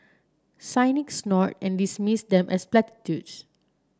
cynic snort and dismiss them as platitudes